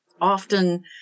often